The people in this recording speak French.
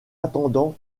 attendant